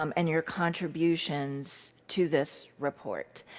um and your contributions to this report.